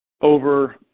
over